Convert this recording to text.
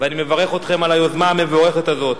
ואני מברך אתכם על היוזמה המבורכת הזאת.